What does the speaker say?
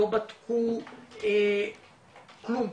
לא בדקו כלום.